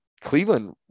cleveland